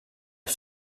est